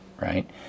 right